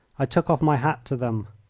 i took off my hat to them.